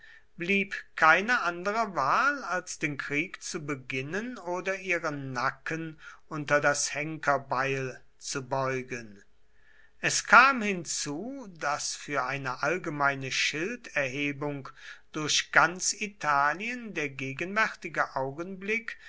blieb keine andere wahl als den krieg zu beginnen oder ihren nacken unter das henkerbeil zu beugen es kam hinzu daß für eine allgemeine schilderhebung durch ganz italien der gegenwärtige augenblick